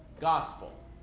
gospel